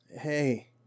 hey